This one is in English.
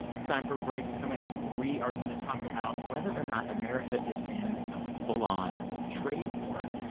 it's time for a break. coming up, we are going to talk about whether or not america is in a full-on trade war.